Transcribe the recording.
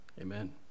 Amen